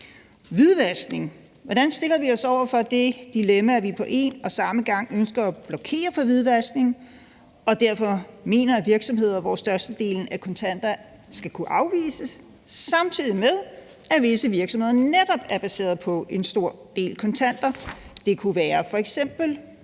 Hvordan stiller vi os over for det dilemma, at vi på en og samme gang ønsker at blokere for hvidvaskning og derfor mener, at virksomheder, hvor størstedelen er kontanter, skal kunne afvises, samtidig med at visse virksomheder netop er baseret på en stor del kontanter. Det kunne f.eks.